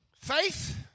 Faith